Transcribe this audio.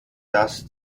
dass